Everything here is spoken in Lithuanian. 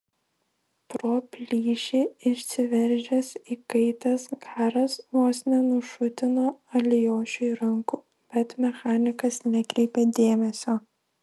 pro plyšį išsiveržęs įkaitęs garas vos nenušutino alijošiui rankų bet mechanikas nekreipė dėmesio